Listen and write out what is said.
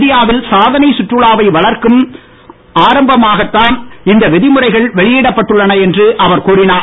இந்தியாவில் சாதனை சுற்றுலாவை வளர்க்கும் ஆரம்பமாக தான் இந்த விதிமுறைகள் வெளியிடப்பட்டுள்ளன என்று அவர் கூறினார்